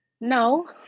No